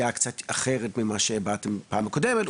דעה קצת אחרת ממה שבאתם הנה בפעם הקודמת.